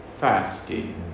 fasting